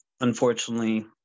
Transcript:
Unfortunately